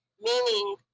meaning